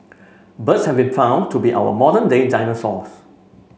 birds have been found to be our modern day dinosaurs